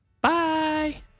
Bye